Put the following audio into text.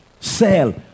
Sell